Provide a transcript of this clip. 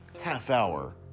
half-hour